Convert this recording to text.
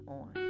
on